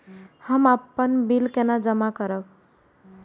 हम अपन बिल केना जमा करब?